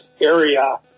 area